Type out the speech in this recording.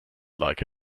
like